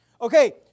Okay